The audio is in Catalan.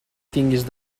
tinguis